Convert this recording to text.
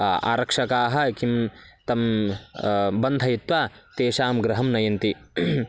आरक्षकाः किं तं बन्धयित्वा तेषां गृहं नयन्ति